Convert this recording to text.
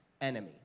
enemy